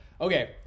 okay